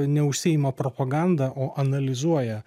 neužsiima propaganda o analizuoja